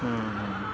ହୁଁ ହୁଁ